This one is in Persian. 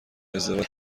ازدواج